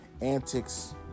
antics